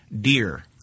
dear